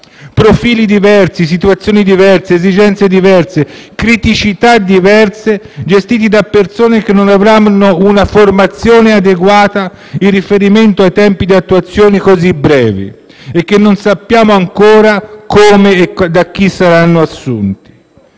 Profili diversi, situazioni diverse, esigenze diverse, criticità diverse, gestiti da persone che non avranno un formazione adeguata in riferimento ai tempi di attuazione, così brevi, e che non sappiamo ancora come e da chi saranno assunti.